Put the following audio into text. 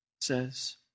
says